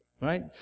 right